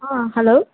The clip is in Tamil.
ஆ ஹலோ